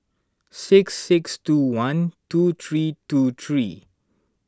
six six two one two three two three